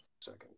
second